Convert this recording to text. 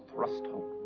thrust home!